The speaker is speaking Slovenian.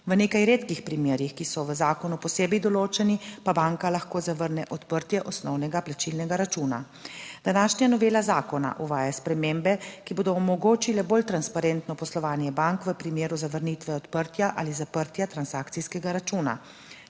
V nekaj redkih primerih, ki so v zakonu posebej določeni, pa banka lahko zavrne odprtje osnovnega plačilnega računa. Današnja novela zakona uvaja spremembe, ki bodo omogočile bolj transparentno poslovanje bank v primeru zavrnitve, odprtja ali zaprtja transakcijskega računa.